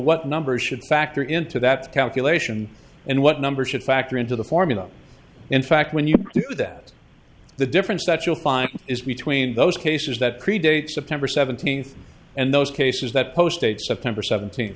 what number should factor into that calculation and what number should factor into the formula in fact when you do that the difference that you'll find is between those cases that pre dates september seventeenth and those cases that post date september seventeen